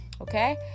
Okay